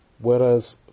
Whereas